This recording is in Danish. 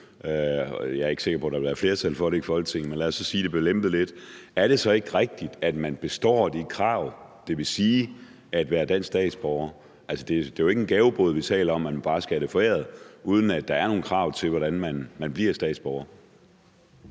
er ikke sikker på, der ville være flertal for det i Folketinget, men lad os så sige, at de blev lempet lidt – er det så ikke rigtigt, at man består kravene til, hvad det vil sige at være dansk statsborger? Altså, det er jo ikke en gavebod, vi taler om, hvor man bare skal have det foræret, uden at der er nogle krav til, hvordan man bliver statsborger.